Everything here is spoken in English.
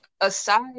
aside